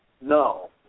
No